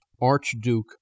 Archduke